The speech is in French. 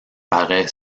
paraît